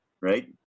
right